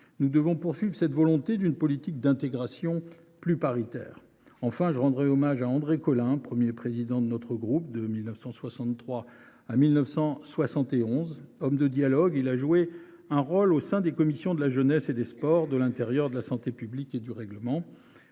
Nous devons faire perdurer sa volonté en promouvant une politique d’intégration plus paritaire. Enfin, je rendrai hommage à André Colin, qui fut le premier président de notre groupe, de 1963 à 1971. Homme de dialogue, il a joué un rôle au sein des commissions de la jeunesse et des sports, de l’intérieur et de la santé publique et du règlement